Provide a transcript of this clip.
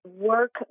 work